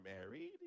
married